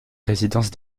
résidence